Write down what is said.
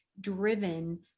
driven